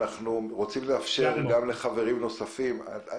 אנחנו רוצים לאפשר לחברים נוספים לדבר.